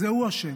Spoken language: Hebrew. זה הוא אשם,